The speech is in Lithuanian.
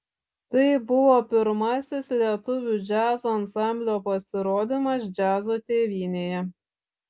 tai buvo pirmasis lietuvių džiazo ansamblio pasirodymas džiazo tėvynėje